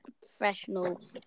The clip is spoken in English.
professional